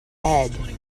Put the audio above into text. head